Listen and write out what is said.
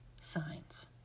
signs